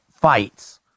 fights